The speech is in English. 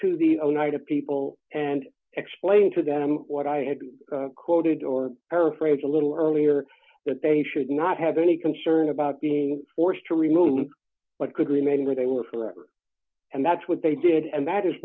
to the oneida people and explain to them what i had quoted or paraphrased a little earlier that they should not have any concern about being forced to remove what could remain where they were forever and that's what they did and that is